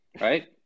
Right